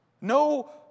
No